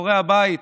מאחורי הבית.